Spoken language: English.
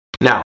Now